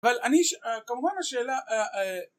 אבל אני, כמובן השאלה